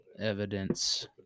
Evidence